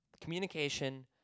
communication